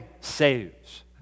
saves